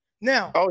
Now